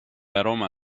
aroma